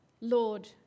Lord